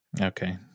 Okay